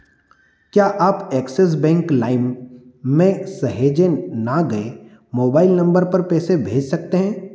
क्या आप Axis bank लाइम में सहजे न गए मोबाइल नंबर पर पैसे भेज सकते हैं